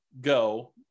go